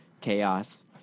chaos